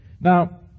now